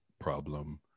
problem